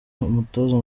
umutoza